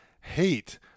hate